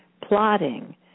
plotting